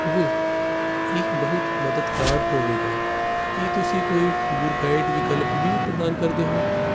ਉਹ ਇਹ ਬਹੁਤ ਮਦਦਗਾਰ ਹੋਵੇਗਾ ਕੀ ਤੁਸੀਂ ਕੋਈ ਟੂਰ ਗਾਈਡ ਵਿਕਲਪ ਵੀ ਪ੍ਰਦਾਨ ਕਰਦੇ ਹੋ